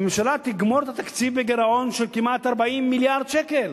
הממשלה תגמור את התקציב עם גירעון של כמעט 40 מיליארד שקל.